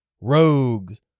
rogues